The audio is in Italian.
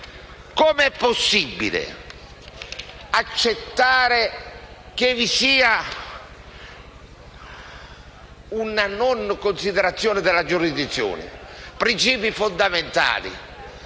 Com'è possibile accettare che vi sia una non considerazione della giurisdizione? Sono principi fondamentali